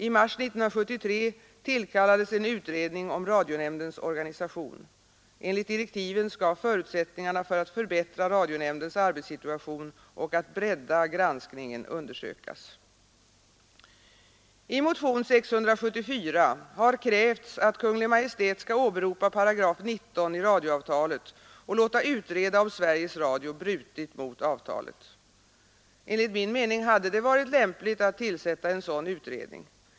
I mars 1973 tillkallades en utredning om radionämndens organisation. Enligt direktiven skall förutsättningarna för att förbättra radionämndens arbetssituation och att bredda granskningen undersökas. I motionen 674 har krävts att Kungl. Maj:t skall åberopa 198 i radioavtalet och låta utreda, om Sveriges Radio brutit mot avtalet. Enligt min mening hade det varit lämpligt att tillsätta en sådan utredning.